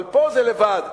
אבל פה זה לבד.